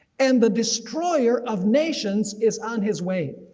and the destroyer of nations is on his way.